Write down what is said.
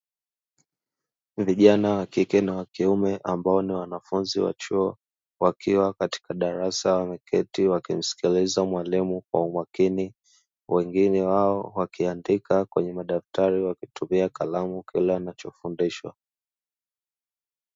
Vijana wa kike na wakiume, ambao ni wanafunzi wa chuo wakiwa katika darasa wameketi wakimsikiliza mwalimu kwa umakini wengine wao wakiandika kwenye madaftari wakitumia kalamu kile wanachofundishwa.